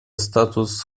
статус